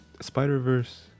Spider-Verse